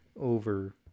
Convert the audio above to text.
over